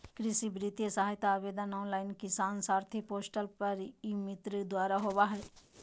कृषि वित्तीय सहायता आवेदन ऑनलाइन किसान साथी पोर्टल पर ई मित्र द्वारा होबा हइ